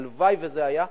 הלוואי שזה היה.